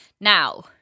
Now